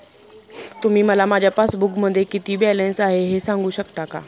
तुम्ही मला माझ्या पासबूकमध्ये किती बॅलन्स आहे हे सांगू शकता का?